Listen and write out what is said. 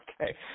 Okay